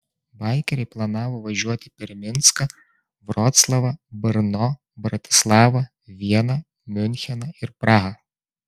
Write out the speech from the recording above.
baikeriai planavo važiuoti per minską vroclavą brno bratislavą vieną miuncheną ir prahą